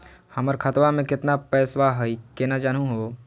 हमर खतवा मे केतना पैसवा हई, केना जानहु हो?